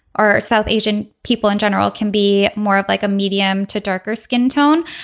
or south asian people in general can be more of like a medium to darker skin tone.